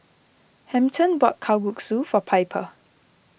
Hampton bought Kalguksu for Piper